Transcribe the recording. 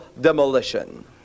demolition